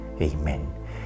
Amen